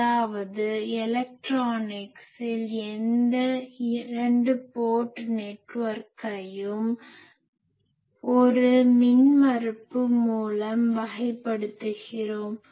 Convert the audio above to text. அதாவது எலக்ட்ரானிக்ஸில் எந்த 2 போர்ட் நெட்வொர்க்கையும் 2 port network 2 துறை மின்சுற்று ஒரு மின்மறுப்பு மூலம் வகைப்படுத்துகிறோம்